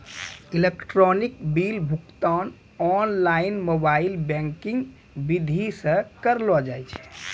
electronic bill भुगतान online mobile banking विधि से करलो जाय छै